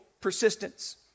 persistence